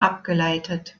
abgeleitet